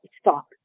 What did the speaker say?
stop